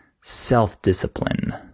self-discipline